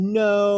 no